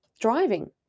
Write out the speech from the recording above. driving